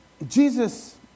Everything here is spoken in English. Jesus